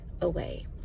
away